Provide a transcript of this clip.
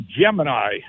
Gemini